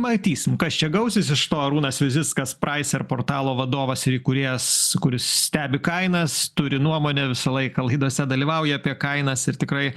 matysim kas čia gausis iš to arūnas vizickas praiser portalo vadovas ir įkūrėjas kuris stebi kainas turi nuomonę visą laiką laidose dalyvauja apie kainas ir tikrai